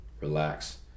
relax